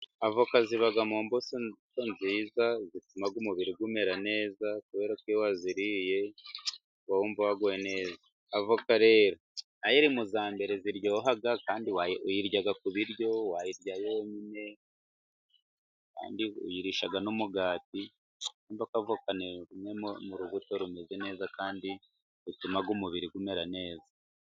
Avoka ziba mu mbuto nziza zituma umubiri umera neza, kubera ko iyo waziriye uba wumva waguwe neza. Avoka rero na yo iri mu za mbere ziryoha kandi uyirya ku biryo, wayirya yonyine, Kandi uyirisha n'umugati. Urumva ko avoka ni imwe mu rubuto rumeze neza kandi rutuma umubiri umera neza.